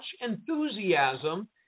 enthusiasm